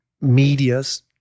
medias